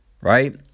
right